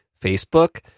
Facebook